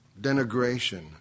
denigration